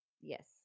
Yes